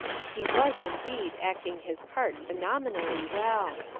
he was indeed acting his part phe nomenally well.